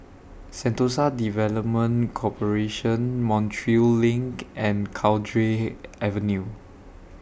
Sentosa Development Corporation Montreal LINK and Cowdray Avenue